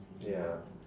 ya